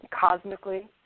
cosmically